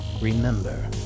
remember